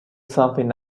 something